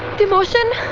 demotion?